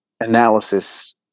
analysis